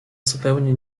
zupełnie